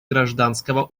гражданского